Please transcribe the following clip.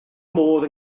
modd